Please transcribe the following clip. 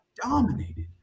dominated